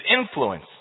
influence